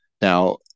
now